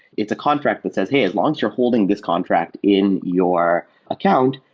it's a contract that says, hey, as long as you're holding this contract in your account,